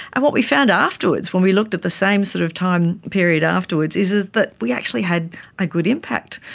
and what we found afterwards when we looked at the same sort of time period afterwards is ah that that we actually had a good impact.